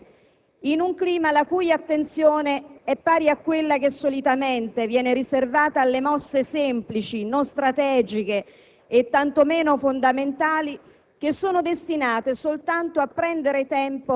Tale provvedimento piomba all'esame di quest'Aula, diciamocelo chiaramente, in un clima la cui attenzione è pari a quella che solitamente viene riservata alle mosse semplici, non strategiche